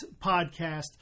podcast